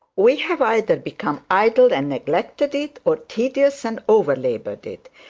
we have either become idle and neglected it, or tedious and over-laboured it.